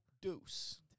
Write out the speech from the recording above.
deuce